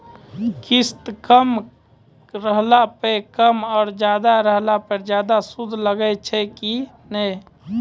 किस्त कम रहला पर कम और ज्यादा रहला पर ज्यादा सूद लागै छै कि नैय?